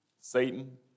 Satan